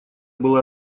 была